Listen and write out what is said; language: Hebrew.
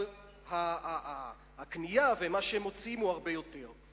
אלא שהקנייה ומה שהם מוציאים זה הרבה יותר.